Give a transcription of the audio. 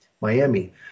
Miami